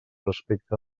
respecte